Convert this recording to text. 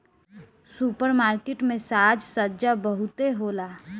super market में साज सज्जा बहुते होला